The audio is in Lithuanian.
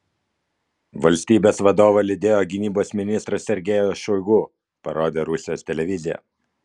valstybės vadovą lydėjo gynybos ministras sergejus šoigu parodė rusijos televizija